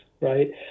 Right